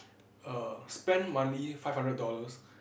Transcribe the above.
err spend monthly five hundred dollars